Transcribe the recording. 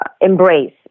embrace